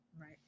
Right